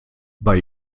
bei